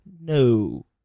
No